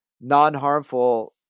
non-harmful